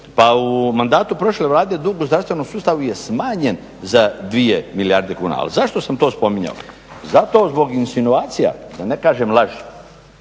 Pa u mandatu prošle Vlade dug u zdravstvenom sustavu je smanjen za dvije milijarde kuna. Ali zašto sam to spominjao? Zato zbog insinuacija, da ne kažem laži